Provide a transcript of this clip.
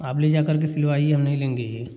आप ले जाकर के सिलवाइए हम नहीं लेंगे ये